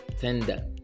tender